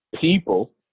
people